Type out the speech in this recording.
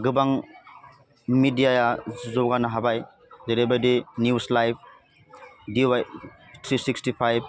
गोबां मिदियाया जौगानो हाबाय जेरैबायदि निउस लाइभ डिवाइ ट्रिसिक्सटिफाइभ